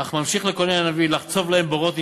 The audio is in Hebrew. אך ממשיך לקונן הנביא: "לחצוב להם בארות נשברים"